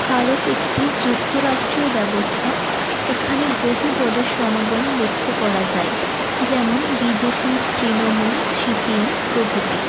ভারত একটি যুক্তরাষ্ট্রীয় ব্যবস্থা এখানে বহু দলের সমাগম লক্ষ করা যায় যেমন বিজেপি তৃণমূল সিপিএম প্রভৃতি